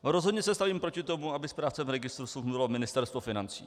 Rozhodně se stavím proti tomu, aby správcem registru smluv bylo Ministerstvo financí.